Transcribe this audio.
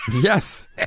Yes